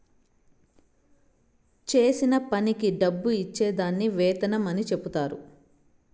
చేసిన పనికి డబ్బు ఇచ్చే దాన్ని వేతనం అని చెప్తారు